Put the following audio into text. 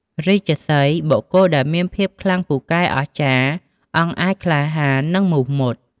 រាជសីហ៍ បុគ្គលដែលមានភាពខ្លាំងពូកែអស្ចារ្យ អង់អាចក្លាហាន និងមោះមុត ។